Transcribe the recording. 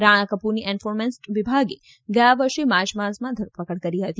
રાણાકપૂરની enforcement વિભાગે ગયા વર્ષે માર્ચ માસમાં ધરપકડ કરી હતી